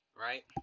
right